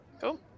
cool